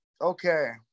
okay